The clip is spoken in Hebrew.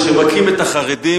כשמכים את החרדים,